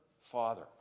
father